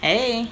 Hey